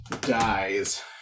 dies